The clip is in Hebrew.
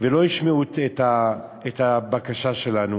ולא ישמעו את הבקשה שלנו,